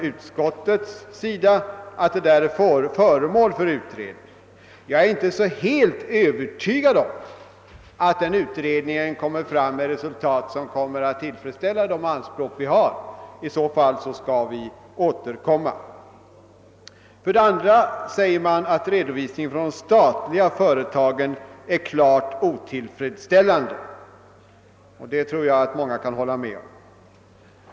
Utskottet säger att detta är förmål för utredning, men jag är inte helt övertygad om att den utredningen kommer fram till sådana resultat att våra anspråk tillfredsställs. Vi får i så fall anledning att återkomma. För det andra är redovisningen från statliga företag klart otillfredsställande; det tror jag att många kan hålla med om.